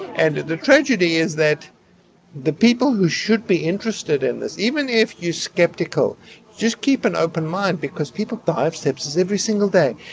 and the tragedy is that the people who should be interested in this, even if you're skeptical just keep an open mind because people die of sepsis every single day.